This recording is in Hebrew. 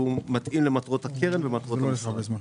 והוא מתאים למטרות הקרן ומטרות המשרד.